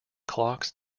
clocks